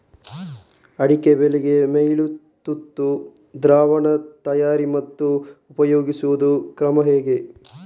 ಅಡಿಕೆ ಬೆಳೆಗೆ ಮೈಲುತುತ್ತು ದ್ರಾವಣ ತಯಾರಿ ಮತ್ತು ಉಪಯೋಗಿಸುವ ಕ್ರಮ ಹೇಗೆ?